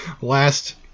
Last